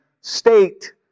state